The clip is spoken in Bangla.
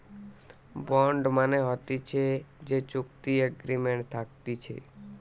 বন্ড মানে হতিছে যে চুক্তি এগ্রিমেন্ট থাকতিছে